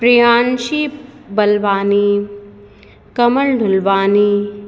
Priyanshi Balwani Kamal Dhulwani